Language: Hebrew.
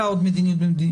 מדיניות.